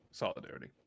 solidarity